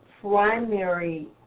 primary